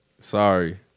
Sorry